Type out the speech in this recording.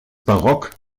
barock